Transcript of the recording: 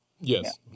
Yes